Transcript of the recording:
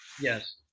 Yes